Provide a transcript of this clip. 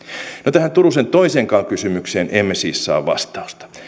tähän turusen toiseenkaan kysymykseen emme siis saa vastausta